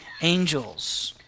angels